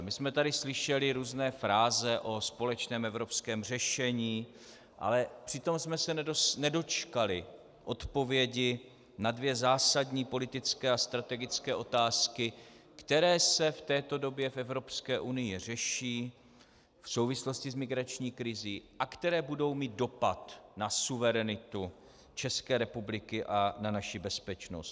My jsme tady slyšeli různé fráze o společném evropském řešení, ale přitom jsme se nedočkali odpovědi na dvě zásadní politické a strategické otázky, které se v této době v Evropské unii řeší v souvislosti s migrační krizí a které budou mít dopad na suverenitu České republiky a na naši bezpečnost.